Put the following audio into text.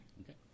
Okay